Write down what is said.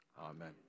Amen